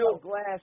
glass